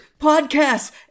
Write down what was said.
podcasts